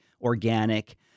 organic